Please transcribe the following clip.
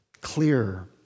clearer